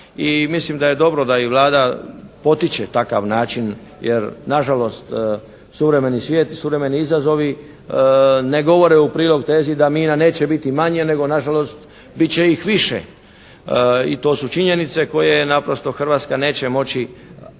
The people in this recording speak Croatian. mislim da je dobro da i Vlada potiče takav način jer nažalost suvremeni svijet i suvremeni izazovi ne govore u prilog tezi da mina neće biti manje, nego nažalost bit će ih više. I to su činjenice koje naprosto Hrvatska neće moći, da ih